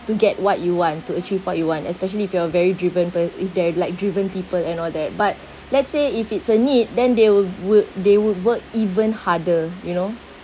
to get what you want to achieve what you want especially if you're very driven per~ if they're like driven people and all that but let's say if it's a need then they wou~ would they would work even harder you know